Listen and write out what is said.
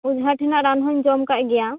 ᱚᱡᱷᱟ ᱴᱷᱮᱱᱟᱜ ᱨᱟᱱ ᱦᱚᱸᱧ ᱡᱚᱢ ᱠᱟᱜ ᱜᱮᱭᱟ